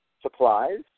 supplies